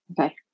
Okay